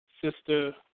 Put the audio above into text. Sister